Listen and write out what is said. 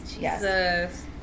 Jesus